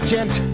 Gent